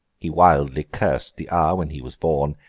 he wildly cursed the hour when he was born,